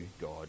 God